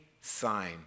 sign